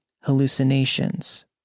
hallucinations